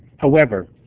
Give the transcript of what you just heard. however,